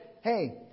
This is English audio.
hey